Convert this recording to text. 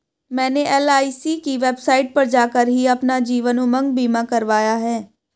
मैंने एल.आई.सी की वेबसाइट पर जाकर ही अपना जीवन उमंग बीमा करवाया है